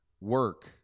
work